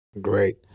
Great